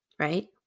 Right